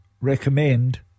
recommend